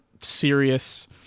serious